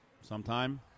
sometime